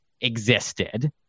existed